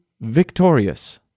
victorious